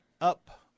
up